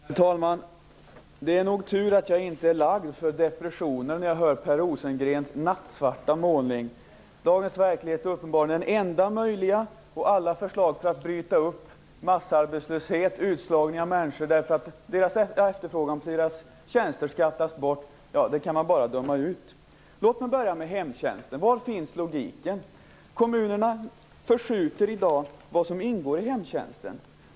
Herr talman! Det är nog tur att jag inte är lagd för depressioner, när jag tar del av Per Rosengrens nattsvarta målning. Dagens verklighet är uppenbarligen den enda möjliga, och alla förslag för att bryta upp massarbetslöshet och utslagning av människor, därför att efterfrågan på deras tjänster skattas bort, kan man bara döma ut. Låt mig börja med hemtjänsten. Var finns logiken? Kommunerna förskjuter i dag vad som ingår i hemtjänsten.